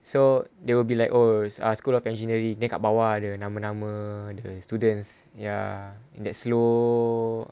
so they will be like oh ah school of engineering dekat bawah jer nama-nama dia punya students ya in that slow